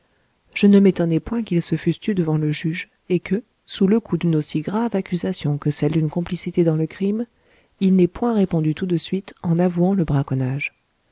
je ne m'étonnai point qu'ils se fussent tus devant le juge et que sous le coup d'une aussi grave accusation que celle d'une complicité dans le crime ils n'aient point répondu tout de suite en avouant le braconnage